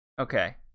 Okay